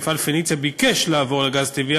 מפעל "פניציה" ביקש לעבור לגז טבעי,